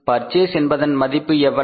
purchase என்பதன் மதிப்பு எவ்வளவு